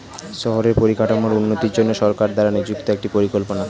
শহরের পরিকাঠামোর উন্নতির জন্য সরকার দ্বারা নিযুক্ত একটি পরিকল্পনা